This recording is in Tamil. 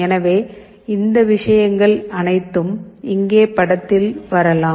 எனவே இந்த விஷயங்கள் அனைத்தும் இங்கே படத்தில் வரலாம்